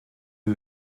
you